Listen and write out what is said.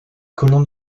colons